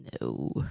No